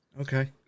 Okay